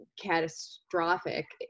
catastrophic